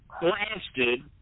blasted